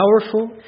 powerful